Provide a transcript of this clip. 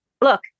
look